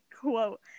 quote